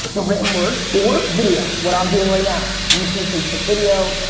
the written word, or video, what i'm doing right now. youtube, facebook video,